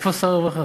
איפה שר הרווחה?